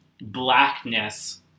blackness